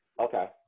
Okay